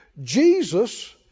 Jesus